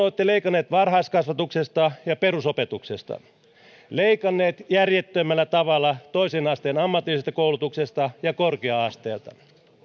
olette leikanneet varhaiskasvatuksesta ja perusopetuksesta leikanneet järjettömällä tavalla toisen asteen ammatillisesta koulutuksesta ja korkea asteelta